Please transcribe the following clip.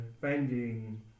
finding